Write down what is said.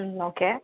ம் ஓகே